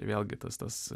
vėlgi tas tas